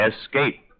Escape